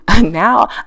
now